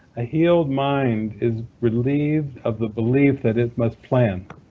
a healed mind is relieved of the belief that it must plan,